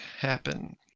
happen